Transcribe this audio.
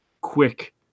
quick